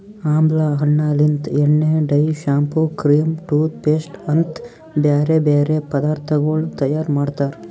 ಆಮ್ಲಾ ಹಣ್ಣ ಲಿಂತ್ ಎಣ್ಣೆ, dye, shampoo, cream, toothpaste ಅಂತ್ ಬ್ಯಾರೆ ಬ್ಯಾರೆ ಪದಾರ್ಥಗೊಳ್ ತೈಯಾರ್ ಮಾಡ್ತಾರ್